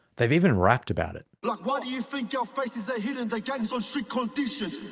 they've even rapped about it. like why do you think our faces are hidden? the gang's on strict conditions.